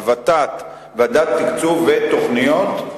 הות"ת, ועדת תקצוב ותוכניות?